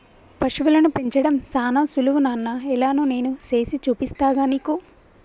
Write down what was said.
పశువులను పెంచడం సానా సులువు నాన్న ఎలానో నేను సేసి చూపిస్తాగా నీకు